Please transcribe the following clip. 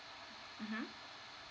mmhmm